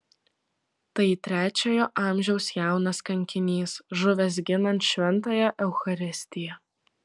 tai trečiojo amžiaus jaunas kankinys žuvęs ginant šventąją eucharistiją